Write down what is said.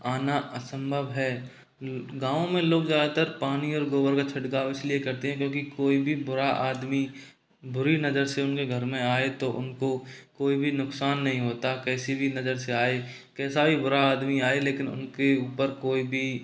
आना असंभव है गाँव में लोग ज़्यादातर पानी और गोबर का छिड़काव इसलिए करते हैं क्योंकि कोई भी बुरा आदमी बुरी नजर से उनके घर में आए तो उनको कोई भी नुकसान नहीं होता कैसी भी नजर से आए कैसा ही बुरा आदमी आए लेकिन उनकी ऊपर कोई भी